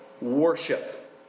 worship